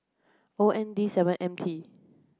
O N D seven M T